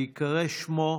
בהיקרא שמו,